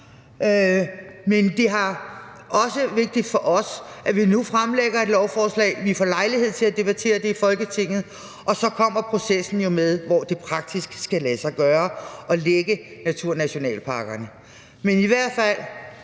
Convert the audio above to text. men det er også vigtigt for os, at regeringen nu fremsætter et lovforslag, som vi får lejlighed til at debattere i Folketinget, og så kommer jo processen med, hvor det praktisk skal lade sig gøre at lægge naturnationalparkerne. Men i hvert fald